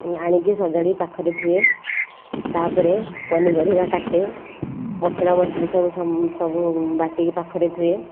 ଆଣିକି ସଜାଡ଼ିକି ପାଖରେ ଥୁଏ ତାପରେ ପନିପରିବା କାଟେ ମସଲା ମସଲି ସବୁ ସବୁ ବାଟିକି ପାଖରେ ଥୁଏ